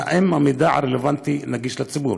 האם המידע הרלוונטי נגיש לציבור?